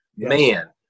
Man